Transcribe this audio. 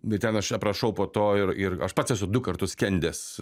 bet ten aš aprašau po to ir ir aš pats esu du kartus skendęs